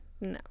No